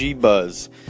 Buzz